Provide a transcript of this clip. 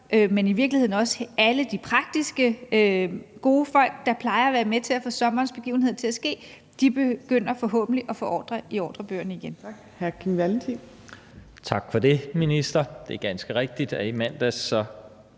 men i virkeligheden også alle de praktiske gode folk, der plejer at være med til at få sommerens begivenheder til at ske, forhåbentlig at få ordrer i ordrebøgerne igen. Kl. 19:06 Fjerde næstformand (Trine